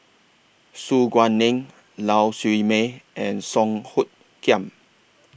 Su Guaning Lau Siew Mei and Song Hoot Kiam